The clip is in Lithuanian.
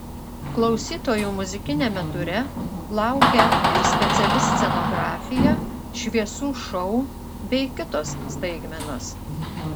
klausytojų muzikiniame ture laukia ir speciali scenografija šviesų šou bei kitos staigmenos